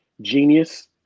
genius